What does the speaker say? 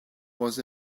was